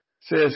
says